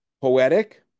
poetic